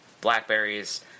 blackberries